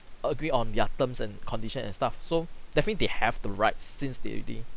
agree on their terms and condition and stuff so definitely they have the rights since they already